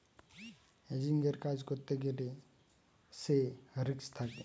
হেজিংয়ের কাজ করতে গ্যালে সে রিস্ক থাকে